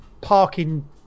parking